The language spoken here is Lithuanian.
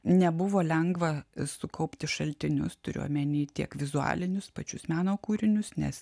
nebuvo lengva sukaupti šaltinius turiu omeny tiek vizualinius pačius meno kūrinius nes